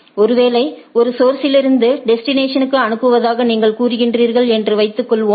ஒருவேளை ஒரு சோர்ஸ்லிருந்து டெஸ்டினேஷன்க்கு அனுப்புவதாக நீங்கள் கூறுகிறீர்கள் என்று வைத்துக்கொள்வோம்